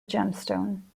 gemstone